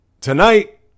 tonight